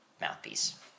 mouthpiece